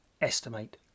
Estimate